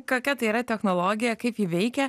kokia tai yra technologija kaip ji veikia